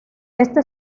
esta